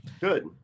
Good